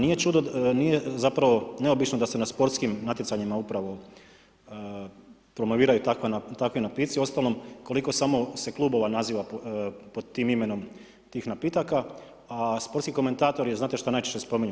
Nije zapravo neobično da se na sportskim natjecanjima upravo promoviraju takvi napitci, uostalom, koliko samo se klubova pod tim imenom tih napitaka, a sportski komentatori znate što najčešće spominju?